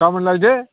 गामोन लायदो